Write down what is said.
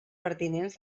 pertinents